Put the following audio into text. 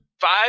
five